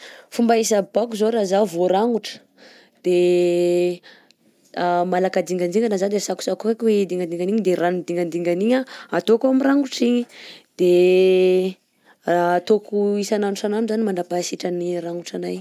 Fomba hisaboako zao raha zaho vaorangotra de malaka dingadingana zaho de tsakotsakoiko dingadingana igny de ranon'ny dingadingan'igny ataoko amin'ny rangotra igny, de ataoko isan'andro isan'andro zany mandrapaha sitran'ny rangotranay igny.